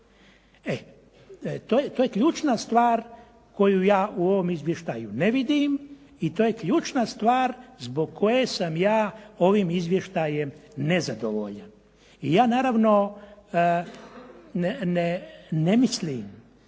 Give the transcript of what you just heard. To je ključna stvar koju ja u ovom izvještaju ne vidim i to je ključna stvar zbog koje sam ja ovim izvještajem nezadovoljan. I ja naravno ne mislim